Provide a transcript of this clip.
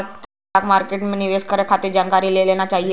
stock market में निवेश करे खातिर जानकारी ले लेना चाही